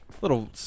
Little